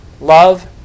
love